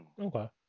okay